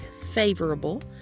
favorable